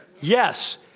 Yes